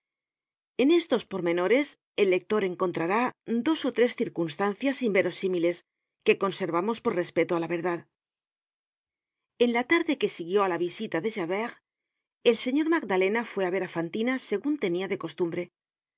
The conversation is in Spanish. en estos pormenores el lector encontrará dos ó tres circunstancias inverosímiles que conservamos por respeto á la verdad en la tarde que siguió á la visita de javert el señor magdalena fué á ver á fantina segun tenia de costumbre